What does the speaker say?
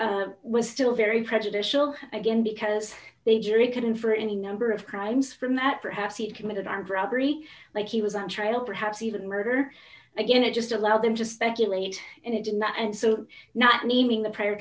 all was still very prejudicial again because they jury couldn't for any number of crimes from that perhaps he committed armed robbery like he was on trial perhaps even murder again it just allowed them to speculate and it did not and so not naming the prior